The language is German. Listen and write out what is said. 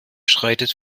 schreitet